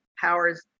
powers